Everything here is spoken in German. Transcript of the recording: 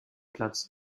platz